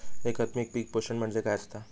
एकात्मिक पीक पोषण म्हणजे काय असतां?